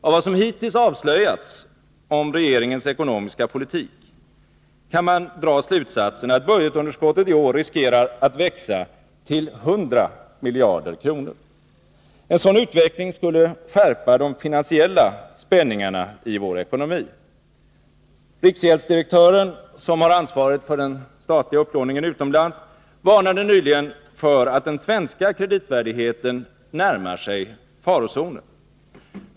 Av vad som hittills avslöjats om regeringens ekonomiska politik kan man dra slutsatsen, att budgetunderskottet i år riskerar att växa till 100 miljarder kronor. En sådan utveckling skulle skärpa de finansiella spänningarna i svensk ekonomi. Riksgäldsdirektören, som har ansvaret för den statliga upplåningen utomlands, varnade nyligen för att den svenska kreditvärdigheten närmar sig farozonen.